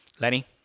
Lenny